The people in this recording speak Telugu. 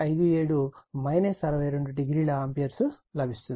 57∠ 62o ఆంపియర్ లభిస్తుంది